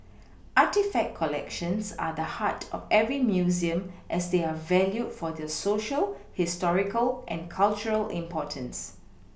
artefact collections are the heart of every Museum as they are valued for their Social historical and cultural importance